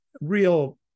real